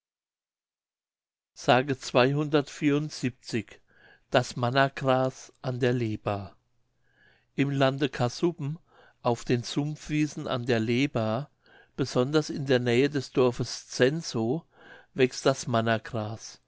s das mannagras an der leba im lande kassuben auf den sumpfwiesen an der leba besonders in der nähe des dorfes zezenow wächst das